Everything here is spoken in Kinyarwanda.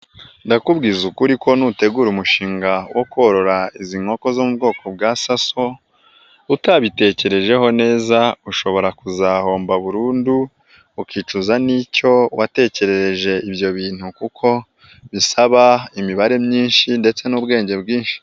Ndakubwiza ukuri ko nutegura umushinga wo korora izi nkoko zo mu bwoko bwa saso utabitekerejeho neza ushobora kuzahomba burundu ukicuza n'icyo watekereje ibyo bintu kuko bisaba imibare myinshi ndetse n'ubwenge bwinshi.